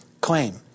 claim